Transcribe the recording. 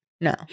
No